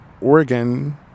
Oregon